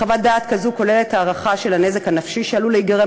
חוות דעת כזאת כוללת הערכה של הנזק הנפשי שעלול להיגרם